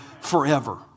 forever